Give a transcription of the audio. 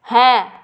হ্যাঁ